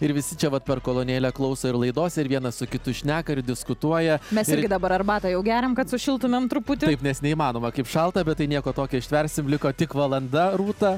ir visi čia vat per kolonėlę klauso ir laidos ir vienas su kitu šneka ir diskutuoja mes irgi dabar arbatą jau geriam kad sušiltumėm truputį nes neįmanoma kaip šalta bet tai nieko tokio ištversim liko tik valanda rūta